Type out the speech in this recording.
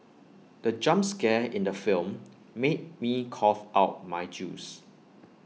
the jump scare in the film made me cough out my juice